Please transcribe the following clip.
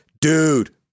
dude